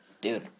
Dude